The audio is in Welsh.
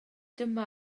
dyma